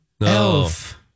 Elf